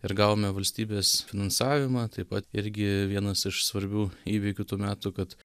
ir gavome valstybės finansavimą taip pat irgi vienas iš svarbių įvykių tų metų kad